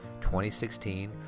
2016